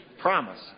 promise